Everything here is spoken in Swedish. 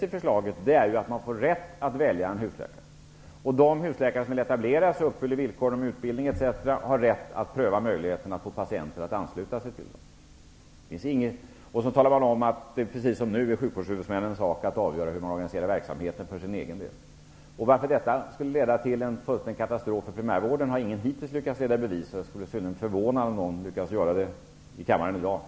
I förslaget sägs att man får rätt att välja en husläkare och att de läkare som vill etablera sig och som uppfyller villkoren om utbildning etc. har rätt att pröva sina möjligheter att få patienter anslutna. Precis som nu kommer det att bli sjukvårdshuvudmännens sak att avgöra hur man organiserar verksamheten för egen del. Att detta skulle leda till en fullständig katastrof för primärvården har hittills ingen lyckats bevisa, och jag skulle bli synnerligen förvånad om någon lyckades göra det i kammaren i dag.